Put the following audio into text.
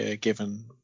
given